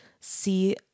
see